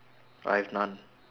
I have none